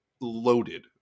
loaded